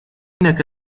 إنك